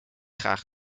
graag